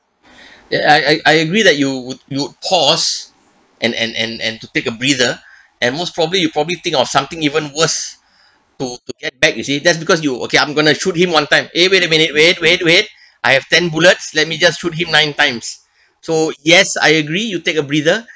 that I I agree that you would would pause and and and and to take a breather and most probably you probably think of something even worse to to get back you see that's because you okay I'm going to shoot him one time eh wait a minute wait wait wait I have ten bullets let me just shoot him nine times so yes I agree you take a breather